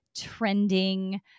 trending